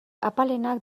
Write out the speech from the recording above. apalenak